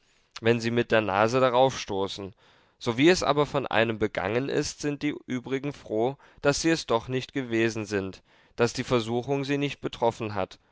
wenn sie mit der nase daraufstoßen sowie es aber von einem begangen ist sind die übrigen froh daß sie es doch nicht gewesen sind daß die versuchung nicht sie betroffen hat